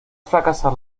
fracasar